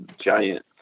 giant